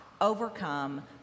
overcome